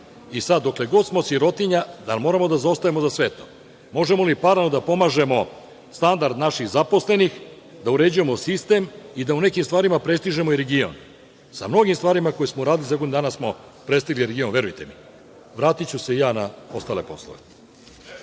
dokle god smo sirotinja, da li moramo da zaostajemo za svetom? Možemo li paralelno da pomažemo standard naših zaposlenih, da uređujemo sistem i da u nekim stvarima prestižemo i region. Sa mnogim stvarima koje smo uradili za godinu dana smo prestigli region, verujte mi. Vratiću se ja na ostale poslove.(Zoran